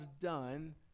done